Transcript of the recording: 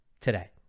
Today